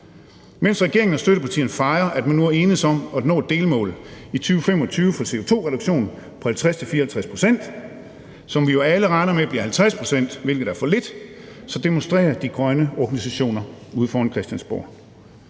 Mens regeringen og støttepartierne fejrer, at man nu er enedes om at nå et delmål i 2025 for en CO2-reduktion på 50-54 pct., som vi jo alle regner med bliver 50 pct., hvilket er for lidt, så demonstrerer de grønne organisationer ude foran Christiansborg.